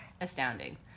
astounding